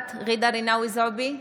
נוכחת ג'ידא רינאוי זועבי,